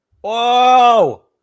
Whoa